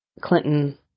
Clinton